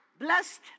Blessed